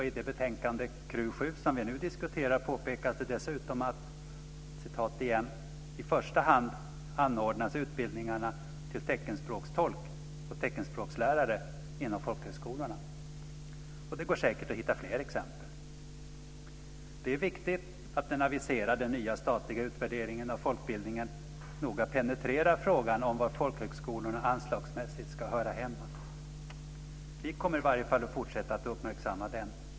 I det betänkande vi nu diskuterar, KrU7, påpekas dessutom att "i första hand anordnas utbildningarna till teckenspråkstolk och teckenspråkslärare inom folkhögskolorna." Det går säkert att hitta fler exempel. Det är viktigt att den aviserade nya statliga utvärderingen av folkbildningen noga penetrerar frågan om var folkhögskolorna anslagsmässigt ska höra hemma. Vi kommer i varje fall att fortsätta att uppmärksamma den.